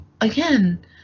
again